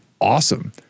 awesome